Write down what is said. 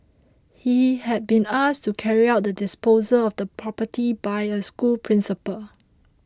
he had been asked to carry out the disposal of the property by a school principal